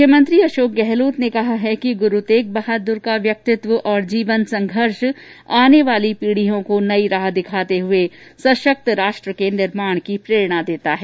मुख्यमंत्री अशोक गहलोत ने कहा है कि गुरुतेग बहादुर का व्यक्तित्व और जीवन संघर्ष आने वाली पीढ़ियों को नई राह दिखाते हुए सशक्त राष्ट्र के निर्माण की प्रेरणा देता है